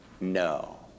no